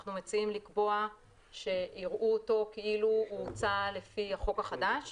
אנחנו מציעים לקבוע שיראו אותו כאילו הוצא לפי החוק החדש.